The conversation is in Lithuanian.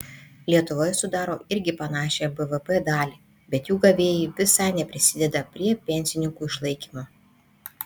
lietuvoje sudaro irgi panašią bvp dalį bet jų gavėjai visai neprisideda prie pensininkų išlaikymo